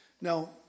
Now